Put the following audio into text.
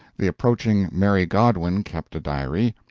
the approaching mary godwin kept a diary,